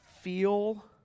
feel